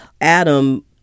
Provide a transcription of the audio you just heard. Adam